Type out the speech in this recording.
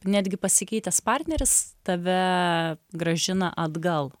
netgi pasikeitęs partneris tave grąžina atgal